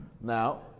Now